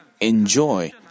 enjoy